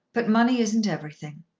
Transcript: but money isn't everything.